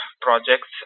projects